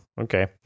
okay